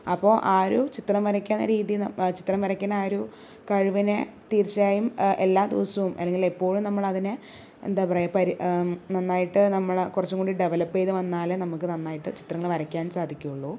അപ്പൊ ആ ഒരു ചിത്രം വരക്കാൻ എന്ന രീതി ചിത്രം വരക്കുന്ന ആ ഒരു കഴിവിനെ തീർച്ചയായും എല്ലാ ദിവസവും അല്ലെങ്കിൽ എപ്പോഴും നമ്മളതിനെ എന്താ പറയുക പരി നന്നായിട്ട് നമ്മൾ കുറച്ചുംകൂടി ഡെവലപ്പ് ചെയ്ത് വന്നാൽ നമുക്ക് നന്നായിട്ട് ചിത്രങ്ങൾ വരക്കാൻ സാധിക്കുകയുള്ളൂ